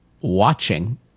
Watching